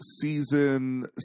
season